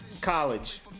college